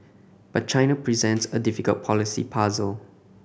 but China presents a difficult policy puzzle